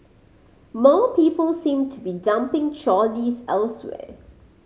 more people seem to be dumping trolleys elsewhere